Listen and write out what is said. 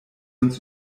uns